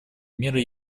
мира